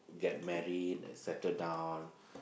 get married and settled down